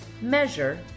measure